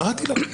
קראתי לה.